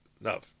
enough